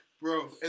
bro